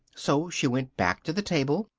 so she went back to the table,